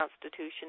Constitution